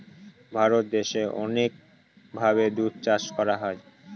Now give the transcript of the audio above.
ভারত দেশে অনেক ভাবে দুধ চাষ করা হয়